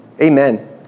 Amen